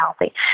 healthy